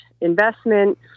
investment